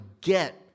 get